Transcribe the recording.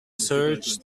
search